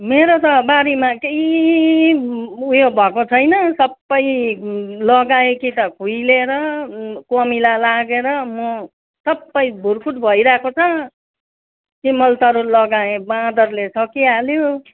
मेरो त बारीमा केही उयो भएको छैन सबै लगाए कि त खुइलिएर कमिला लागेर मो सबै भुर्कुट भइरहेको छ सिमल तरुल लगाए बाँदरले सकिहाल्यो